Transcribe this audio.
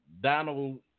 Donald